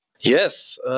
Yes